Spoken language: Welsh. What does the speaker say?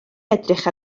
edrych